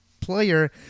player